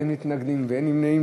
אין מתנגדים ואין נמנעים.